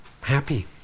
happy